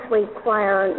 require